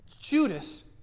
Judas